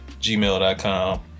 Gmail.com